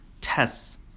tests